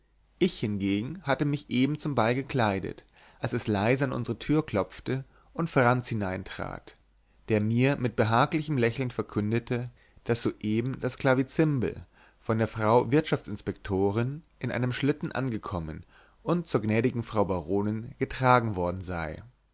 ich hingegen hatte mich eben zum ball gekleidet als es leise an unsere tür klopfte und franz hineintrat der mir mit behaglichem lächeln verkündete daß soeben das clavizimbel von der frau wirtschaftsinspektorin in einem schlitten angekommen und zur gnädigen frau baronin getragen worden sei